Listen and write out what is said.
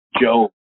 Joe